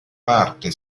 parte